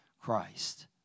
Christ